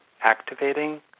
activating